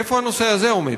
איפה הנושא הזה עומד?